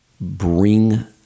bring